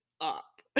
up